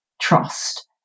trust